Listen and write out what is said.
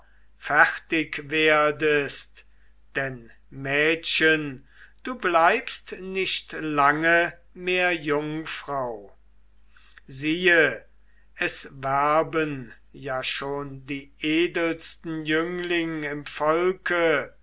fertig werdest denn mädchen du bleibst nicht lange mehr jungfrau siehe es werben ja schon die edelsten jüngling im volke